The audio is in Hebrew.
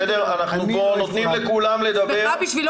אנחנו פה נותנים לכולם לדבר.